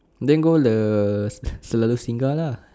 then go the selalu singgah lah